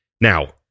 now